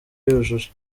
yujuje